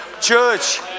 church